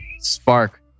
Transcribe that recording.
Spark